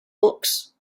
books